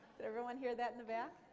did everyone hear that in the back?